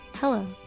Hello